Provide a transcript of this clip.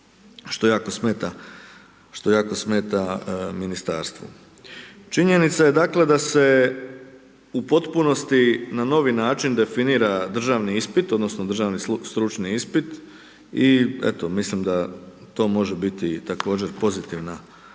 što jako smeta ministarstvu. Činjenica je dakle da se u potpunosti na novi način definira državni ispit odnosno državni stručni ispit i eto, mislim da to može biti također pozitivna promjena.